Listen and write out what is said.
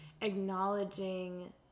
acknowledging